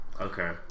Okay